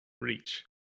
reach